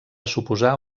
suposar